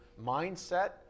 mindset